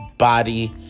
body